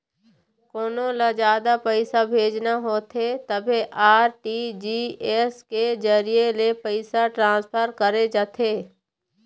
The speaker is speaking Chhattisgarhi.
कोनो ल जादा पइसा भेजना होथे तभे आर.टी.जी.एस के जरिए ले पइसा ट्रांसफर करे जाथे